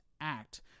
act